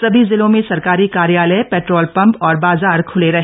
सभी जिलों में सरकारी कार्यालय पेट्रोल पंप और बाजार खुले रहे